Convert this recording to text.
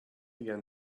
again